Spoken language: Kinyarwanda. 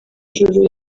juru